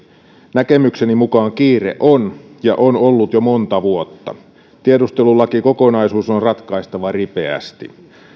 näkemykseni mukaan kiire on ja on ollut jo monta vuotta tiedustelulakikokonaisuus on ratkaistava ripeästi